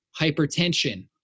hypertension